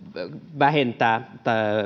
vähentää